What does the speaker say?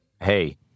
hey